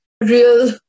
real